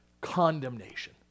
condemnation